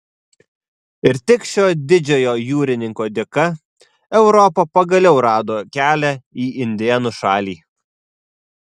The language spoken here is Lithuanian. ir tik šio didžiojo jūrininko dėka europa pagaliau rado kelią į indėnų šalį